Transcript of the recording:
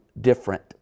different